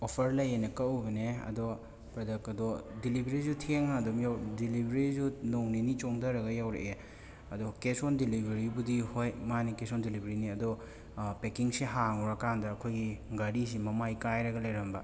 offer ꯂꯩꯌꯦꯅ ꯀꯛꯎꯕꯅꯦ ꯑꯗꯣ ꯄ꯭ꯔꯗꯛ ꯑꯗꯣ ꯗꯤꯂꯤꯕ꯭ꯔꯤꯖꯨ ꯊꯦꯡꯅ ꯑꯗꯨꯝ ꯌꯧ ꯗꯤꯂꯤꯕ꯭ꯔꯤꯖꯨ ꯅꯣꯡ ꯅꯤꯅꯤ ꯆꯣꯟꯊꯔꯒ ꯌꯧꯔꯛꯑꯦ ꯑꯗꯣ ꯀꯦꯁ ꯑꯣꯟ ꯗꯤꯂꯤꯕ꯭ꯔꯤꯕꯨꯗꯤ ꯍꯣꯏ ꯃꯥꯅꯤ ꯀꯦꯁ ꯑꯣꯟ ꯗꯤꯂꯤꯕ꯭ꯔꯤꯅꯤ ꯑꯗꯣ ꯄꯦꯀꯤꯡꯁꯦ ꯍꯥꯡꯉꯨꯔꯀꯥꯟꯗ ꯑꯈꯣꯏꯒꯤ ꯘꯔꯤꯁꯤ ꯃꯃꯥꯏ ꯀꯥꯏꯔꯒ ꯂꯩꯔꯝꯕ